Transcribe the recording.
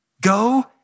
Go